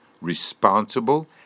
responsible